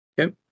Okay